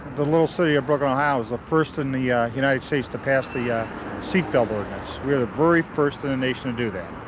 the little city of brooklyn, ohio, was the first in the united states to pass the yeah seat belt ordinance. we were the very first in the nation to do that.